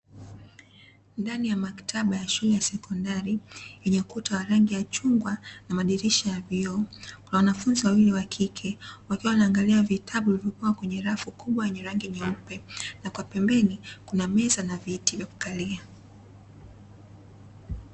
Ndani ya maktaba ya shule ya sekondari yenye ukuta wa rangi ya chungwa na madirisha ya vioo; kuna wanafunzi wawili wa kike wakiwa wanaangalia vitabu vilivyokuwa kwenye rafu kubwa yenye rangi nyeupe, na kwa pembeni kuna meza na viti vya kukalia.